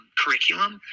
curriculum